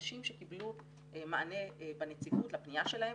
אנשים שקיבלו מענה בנציבות לפנייה שלהם,